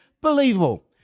believable